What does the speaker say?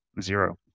zero